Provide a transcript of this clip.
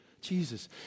Jesus